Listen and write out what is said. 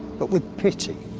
but with pity,